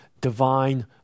divine